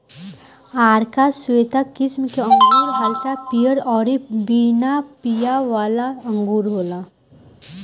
आरका श्वेता किस्म के अंगूर हल्का पियर अउरी बिना बिया वाला अंगूर होला